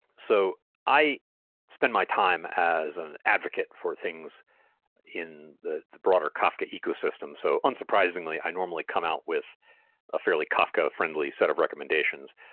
so i spend my time as an advocate for things in the broader kafka ecosystem. so unsurprisingly i normally come out with a fairly kafka friendly set of recommendations.